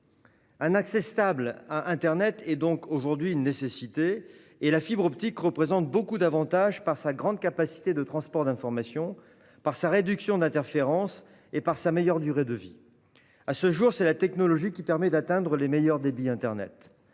Un accès stable à internet est désormais une nécessité et la fibre optique présente bien des avantages grâce à sa grande capacité de transport d'informations, à ses interférences réduites et à sa meilleure durée de vie. À ce jour, c'est la technologie qui permet d'atteindre les meilleurs débits internet.